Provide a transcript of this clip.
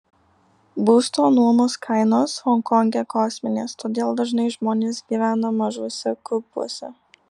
būsto nuomos kainos honkonge kosminės todėl dažnai žmonės gyvena mažuose kubuose